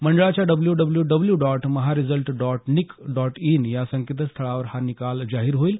मंडळाच्या W W W dot mahresult dot nic dot in या संकेतस्थळावर हा निकाल जाहीर होईल